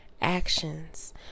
actions